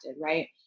right